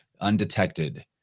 undetected